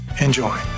Enjoy